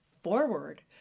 forward